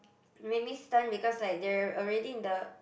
made me stunned because like they are already in the